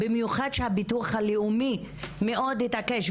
במיוחד שהביטוח הלאומי מאוד התעקש.